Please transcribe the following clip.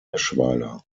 eschweiler